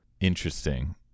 Interesting